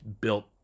built